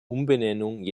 umbenennung